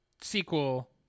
sequel